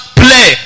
play